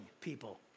people